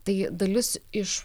tai dalis iš